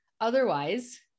Otherwise